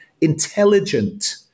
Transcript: intelligent